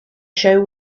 show